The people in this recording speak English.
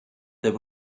there